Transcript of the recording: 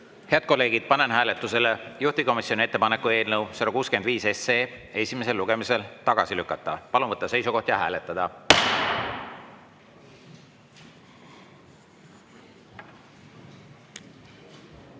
Head kolleegid, panen hääletusele juhtivkomisjoni ettepaneku eelnõu 165 esimesel lugemisel tagasi lükata. Palun võtta seisukoht ja hääletada!